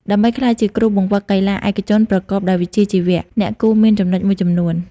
ដើម្បីក្លាយជាគ្រូបង្វឹកកីឡាឯកជនប្រកបដោយវិជ្ជាជីវៈ អ្នកគួរមានចំណុចមួយចំនួន។